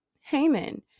Haman